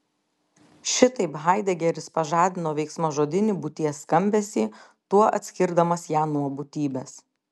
šitaip haidegeris pažadino veiksmažodinį būties skambesį tuo atskirdamas ją nuo būtybės